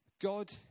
God